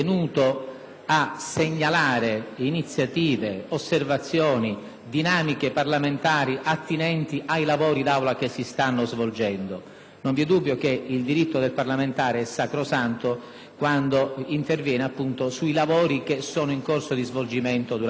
a segnalare iniziative, osservazioni, dinamiche parlamentari attinenti ai lavori d'Aula in corso di svolgimento. Non vi è dubbio che il diritto del parlamentare è sacrosanto quando interviene - appunto - sui lavori in corso di svolgimento e questo